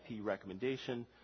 recommendation